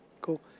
Cool